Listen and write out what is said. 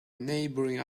neighboring